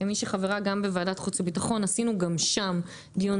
כמי שחברה גם בוועדת חוץ וביטחון עשינו גם שם דיון